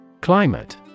Climate